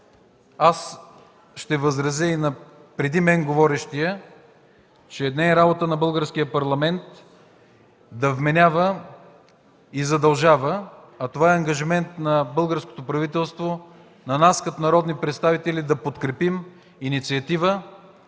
Аз ще възразя и на говорещия преди мен, че не е работа на Българския парламент да вменява и задължава, това е ангажимент на българското правителство, а на нас, като народни представители – да подкрепим като